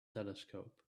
telescope